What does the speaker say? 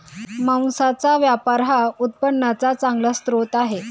मांसाचा व्यापार हा उत्पन्नाचा चांगला स्रोत आहे